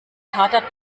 tatort